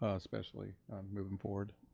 ah especially moving forward.